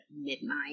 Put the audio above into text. midnight